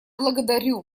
благодарю